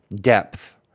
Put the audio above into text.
depth